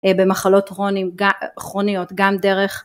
במחלות כרוניות גם דרך